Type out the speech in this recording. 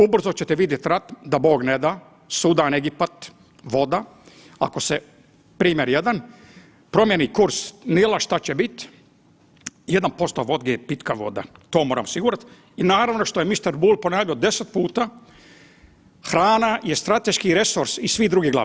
Ubrzo ćete vidjet rat da Bog ne da Sudan-Egipat voda, ako se primjer 1 promijeni kurs Nila šta će bit, 1% vode je pitka voda to mora osigurat i naravno što je mister Bulj ponavljao deset puta hrana je strateški resor i svi druge glave.